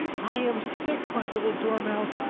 i am sick, my little dormouse,